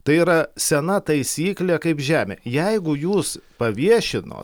tai yra sena taisyklė kaip žemė jeigu jūs paviešino